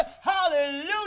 Hallelujah